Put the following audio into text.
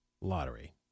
lottery